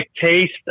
taste